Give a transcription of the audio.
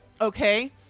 Okay